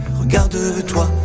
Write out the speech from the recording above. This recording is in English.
Regarde-toi